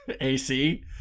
AC